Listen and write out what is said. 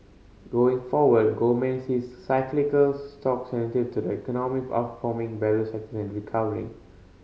going forward Goldman sees cyclical stocks sensitive to the economy outperforming value sectors recovering